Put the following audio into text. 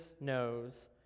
knows